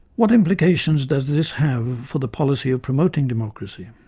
what implications does this have for the policy of promoting democracy?